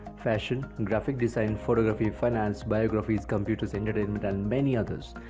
fashion, and graphic design, photography, finance, biographies, computers, entertainment and many others.